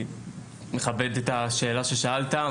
מכבד את השאלה ששאלת,